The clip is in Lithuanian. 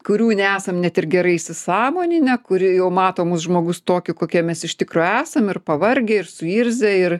kurių nesam net ir gerai įsisąmoninę kuri jau mato mus žmogus tokiu kokie mes iš tikro esam ir pavargę ir suirzę ir